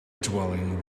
dwelling